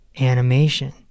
animation